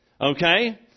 Okay